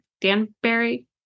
Danbury